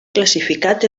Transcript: classificat